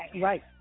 Right